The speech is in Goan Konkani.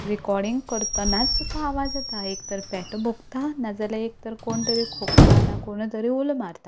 रिकोर्डिंग करतनाच आवाज येता एक तर पेटो भोंकता ना एक तर कोण तरी खोंकता ना कोण तरी उलो मारता